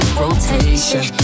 rotation